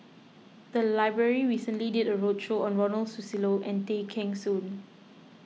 the library recently did a roadshow on Ronald Susilo and Tay Kheng Soon